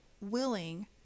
willing